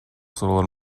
суроолор